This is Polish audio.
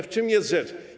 W czym jest rzecz?